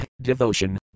devotion